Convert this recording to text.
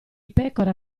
pecora